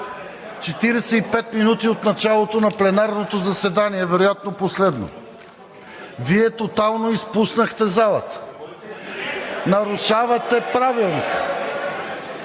пет минути от началото на пленарното заседание, вероятно последно, Вие тотално изпуснахте залата! (Шум и реплики.)